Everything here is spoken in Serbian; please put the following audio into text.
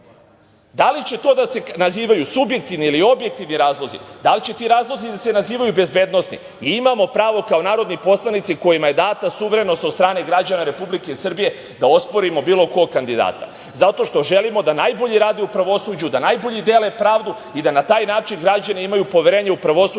Da li će to da se nazivaju subjektivni ili objektivni razlozi, da li će ti razlozi da se nazivaju bezbednosni, ali mi imamo pravo kao narodni poslanici kojima je data suverenost od strane građana Republike Srbije da osporimo bilo kog kandidata. Zato što želimo da najbolji rade u pravosuđu, da najbolji dele pravdu i da na taj način građani imaju poverenje u pravosuđe